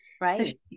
right